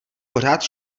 pořád